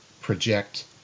project